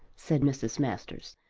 said mrs. masters.